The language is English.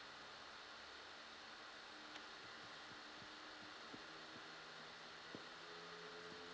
uh mm